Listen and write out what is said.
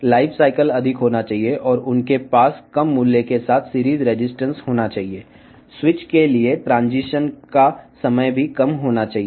జీవితచక్రం ఎక్కువగా ఉండాలి మరియు తక్కువ విలువతో సిరీస్ నిరోధకత ను కలిగి ఉండాలి స్విచ్లకు పరివర్తన సమయం కూడా తక్కువగా ఉండాలి